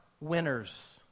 winners